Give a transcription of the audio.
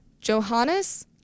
Johannes